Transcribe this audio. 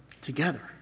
together